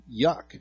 yuck